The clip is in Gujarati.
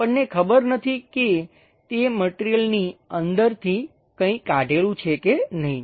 આપણને ખબર નથી કે તે મટિરિયલની અંદરથી કંઈ કાઢેલું છે કે નહીં